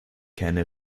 keine